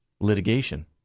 Litigation